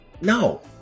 No